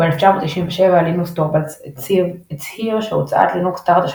ב־1997 לינוס טורבאלדס הצהיר ש"הוצאת לינוקס תחת